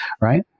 right